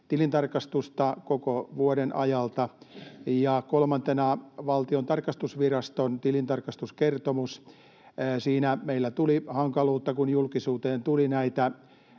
tilintarkastusta koko vuoden ajalta. Ja kolmantena Valtion tarkastusviraston tilintarkastuskertomus: Siinä meillä tuli hankaluutta, kun julkisuuteen tuli näitä